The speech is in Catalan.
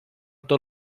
tot